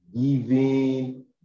giving